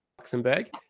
Luxembourg